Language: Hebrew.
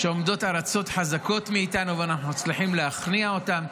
כשעומדות ארצות חזקות מאתנו ואנחנו מליחים להכניע אותן,